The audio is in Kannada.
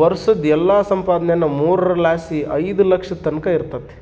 ವರ್ಷುದ್ ಎಲ್ಲಾ ಸಂಪಾದನೇನಾ ಮೂರರ್ ಲಾಸಿ ಐದು ಲಕ್ಷದ್ ತಕನ ಇರ್ತತೆ